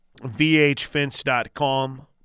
vhfence.com